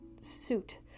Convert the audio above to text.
suit